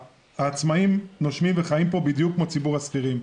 העצמאים נושמים וחיים פה בדיוק כמו ציבור השכירים,